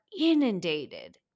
inundated